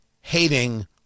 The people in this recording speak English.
hating